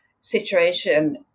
situation